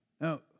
now